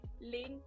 link